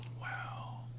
Wow